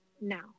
now